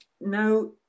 now